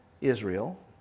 Israel